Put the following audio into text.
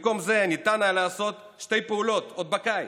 במקום זה ניתן היה לעשות, עוד בקיץ,